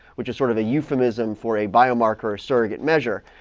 which is, sort of, a euphemism for a biomarker or surrogate measure.